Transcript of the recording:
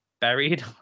buried